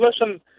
listen